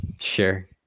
Sure